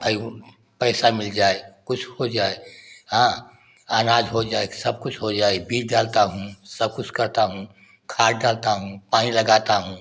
भाई पैसा मिल जाए कुछ हो जाए हाँ अनाज हो जाए सब कुछ हो जाए बीज डालता हूँ सब कुछ करता हूँ खाद डालता हूँ पानी लगाता हूँ